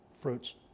Fruits